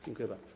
Dziękuję bardzo.